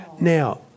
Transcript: Now